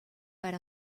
per